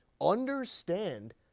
Understand